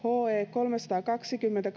kolmesataakaksikymmentä